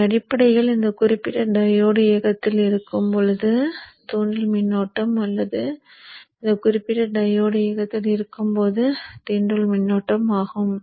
அவை அடிப்படையில் இந்த குறிப்பிட்ட டையோடு இயக்கத்தில் இருக்கும் போது தூண்டல் மின்னோட்டம் அல்லது இந்த குறிப்பிட்ட டையோடு இயக்கத்தில் இருக்கும் போது தூண்டல் மின்னோட்டம் ஆகும்